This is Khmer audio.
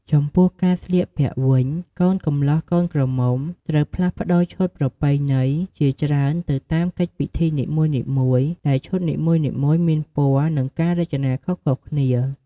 ចំពោះការស្លៀកពាក់វិញ កូនកំលោះកូនក្រមុំត្រូវផ្លាស់ប្តូរឈុតប្រពៃណីជាច្រើនទៅតាមកិច្ចពិធីនីមួយៗ ដែលឈុតនីមួយៗមានពណ៌ និងការរចនាខុសៗគ្នា។